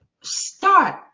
start